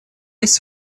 есть